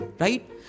Right